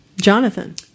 Jonathan